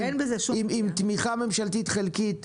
עם תמיכה ממשלתית חלקית,